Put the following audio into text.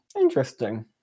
interesting